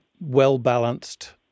well-balanced